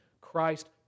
Christ